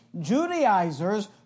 judaizers